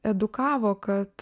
edukavo kad